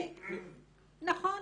נכון.